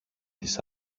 τις